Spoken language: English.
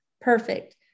Perfect